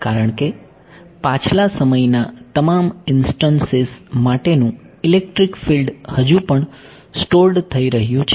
કારણ કે પાછલા સમયના તમામ ઈન્સ્ટનસીસ માટેનું ઇલેક્ટ્રિક ફિલ્ડ હજુ પણ સ્ટોર્ડ થઈ રહ્યું છે